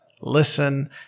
Listen